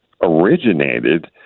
originated